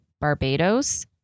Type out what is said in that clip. Barbados